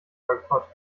boykott